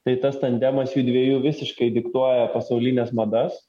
tai tas tandemas jų dviejų visiškai diktuoja pasaulines madas